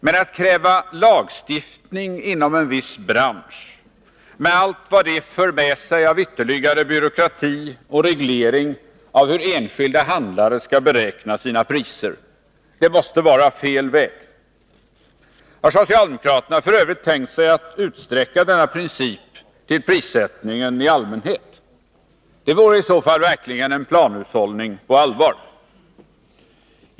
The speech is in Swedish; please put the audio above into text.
Men att kräva lagstiftning inom en viss bransch med allt vad det för med sig av ytterligare byråkrati och reglering av hur enskilda handlare skall beräkna sina priser — det måste vara fel väg. Har socialdemokraterna f. ö. tänkt sig att utsträcka denna princip till prissättningen i allmänhet? Det vore i så fall verkligen en planhushållning på allvar.